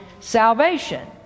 salvation